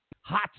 hot